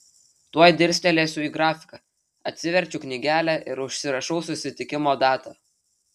tuoj dirstelėsiu į grafiką atsiverčiu knygelę ir užsirašau susitikimo datą